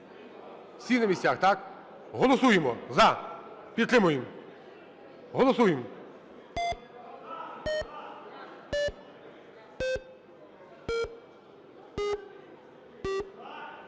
Всі на місцях, так? Голосуємо "за". Підтримуємо. Голосуємо.